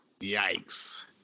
Yikes